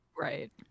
Right